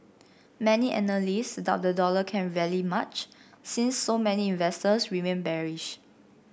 many analysts doubt the dollar can rally much since so many investors remain bearish